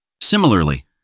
Similarly